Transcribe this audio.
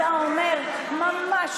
בריאות.